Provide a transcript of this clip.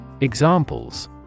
Examples